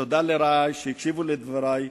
ותודה לרעי שהקשיבו לדברי,